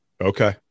Okay